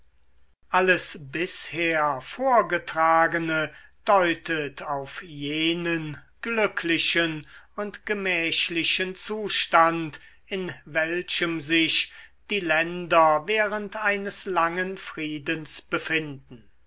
alles bisher vorgetragene deutet auf jenen glücklichen und gemächlichen zustand in welchem sich die länder während eines langen friedens befinden